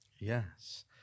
yes